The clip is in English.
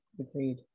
agreed